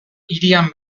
hirian